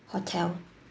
hotel